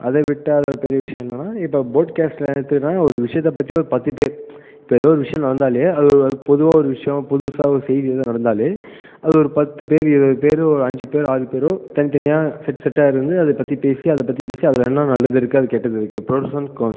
அதை விட்டால் அது பெரிய விஷயம் என்னனால் இப்போ போட்கேஸ்ட்னால் எடுத்துக்கிட்டால் இப்போ ஒரு விஷயத்தை பற்றி ஒரு பத்துபேர் இப்போ ஏதோ ஒரு விஷயம் நடந்தாலே அது பொதுவாக ஒரு விஷயம் புதுசாக ஒரு செய்தி எதும் நடந்தாலே அது ஒரு பத்து பேரு இருபது பேர் ஒரு அஞ்சு பேர் ஆறு பேரோ தனி தனியாக செட் செட்டாக இருந்து அதைப் பற்றி பேசி அதைப் பற்றி பேசி அதில் என்ன நல்லதுருக்குது அது கெட்டது இருக்குது ப்ரோஸ் அண்ட் கான்ஸ்